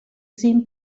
sin